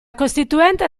costituente